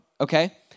okay